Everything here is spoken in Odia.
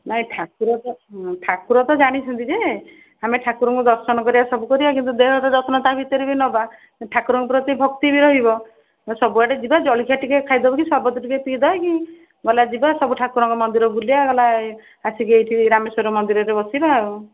ନାଇଁ ଠାକୁର ତ ହଁ ଠାକୁର ତ ଜାଣିଛନ୍ତି ଯେ ଆମେ ଠାକୁରଙ୍କୁ ଦର୍ଶନ କରିବା ସବୁ କରିବା କିନ୍ତୁ ଦେହର ଯତ୍ନ ତା' ଭିତରେ ବି ନବା ଠାକୁରଙ୍କ ପ୍ରତି ଭକ୍ତି ବି ରହିବ ସବୁଆଡ଼େ ଯିବା ଜଳଖିଆ ଟିକିଏ ଖାଇଦେବା କି ସର୍ବତ ଟିକିଏ ପିଇବା କି ଗଲା ଯିବା ସବୁ ଠାକୁରଙ୍କ ମନ୍ଦିର ବୁଲିବା ଗଲା ଆସିକି ଏଇଠି ରାମେଶ୍ଵର ମନ୍ଦିରରେ ବସିବା ଆଉ